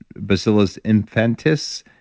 bacillus infantis,